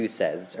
says